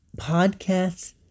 podcasts